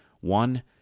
One